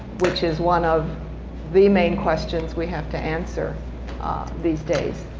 which is one of the main questions we have to answer these days